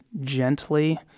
gently